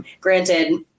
Granted